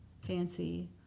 fancy